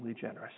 generous